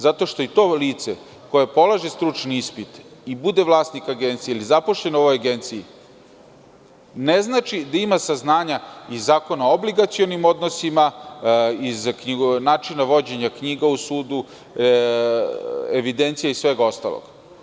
Zato što je to lice koje polaže stručni ispit i bude vlasnik agencije ili je zaposleno u agenciji, ne znači da ima saznanja iz Zakona o obligacionim odnosima, iz načina vođenja knjiga u sudu, evidencija i svega ostalog.